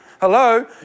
Hello